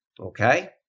Okay